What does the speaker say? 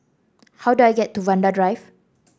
how do I get to Vanda Drive